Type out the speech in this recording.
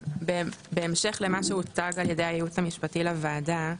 בהמשך למה שהוצג על ידי הייעוץ המשפטי לוועדה,